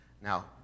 Now